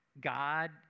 God